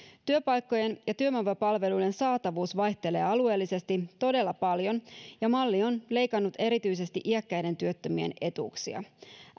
työpaikkojen ja työvoimapalvelujen saatavuus vaihtelee alueellisesti todella paljon ja malli on leikannut erityisesti iäkkäiden työttömien etuuksia